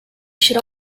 should